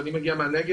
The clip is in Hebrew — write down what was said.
אני מגיע מהנגב,